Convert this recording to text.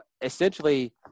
essentially